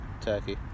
turkey